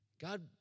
God